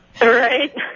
Right